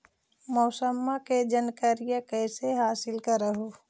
मौसमा के जनकरिया कैसे हासिल कर हू?